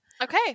okay